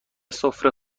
سفره